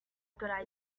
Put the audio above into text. good